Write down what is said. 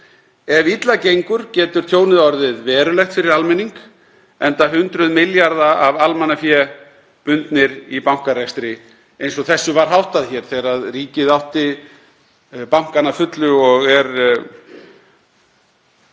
Ef illa gengur getur tjónið orðið verulegt fyrir almenning enda hundruð milljarða af almannafé bundin í bankarekstri eins og þessu var háttað hér þegar ríkið átti bankana að fullu og er